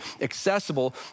accessible